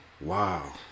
Wow